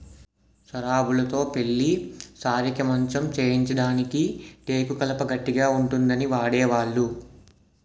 సరాబులుతో పెళ్లి సారెకి మంచం చేయించడానికి టేకు కలప గట్టిగా ఉంటుందని వాడేవాళ్లు